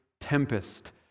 tempest